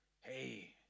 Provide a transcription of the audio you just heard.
hey